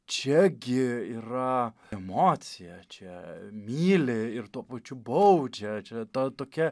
čia gi yra emocija čia myli ir tuo pačiu baudžia čia ta tokia